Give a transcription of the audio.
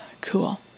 cool